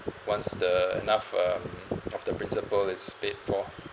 once the enough um of the principal is paid for